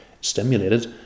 stimulated